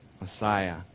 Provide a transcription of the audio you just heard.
Messiah